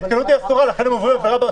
התקהלות היא אסורה ולכן הם עוברים על ההנחיות.